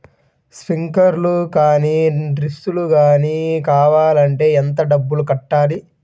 Sprinkler కానీ డ్రిప్లు కాని కావాలి అంటే ఎంత డబ్బులు కట్టాలి?